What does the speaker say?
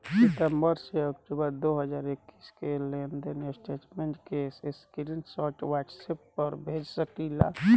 सितंबर से अक्टूबर दो हज़ार इक्कीस के लेनदेन स्टेटमेंट के स्क्रीनशाट व्हाट्सएप पर भेज सकीला?